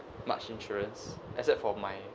much insurance except for my